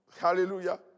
Hallelujah